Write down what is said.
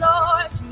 Lord